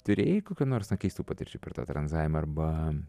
turėjai kokių nors na keistų patirčių per tą tranzavimą arba